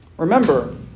Remember